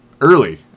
early